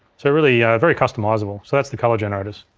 so really, very customizable. so that's the color generators,